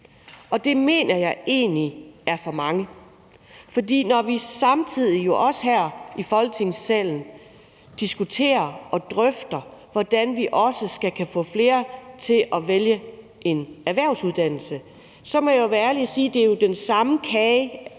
Og det mener jeg egentlig er for mange. For når vi samtidig også her i Folketingssalen diskuterer og drøfter, hvordan vi også skal kunne få flere til at vælge en erhvervsuddannelse, må jeg være ærlig at sige, at det jo er den samme kage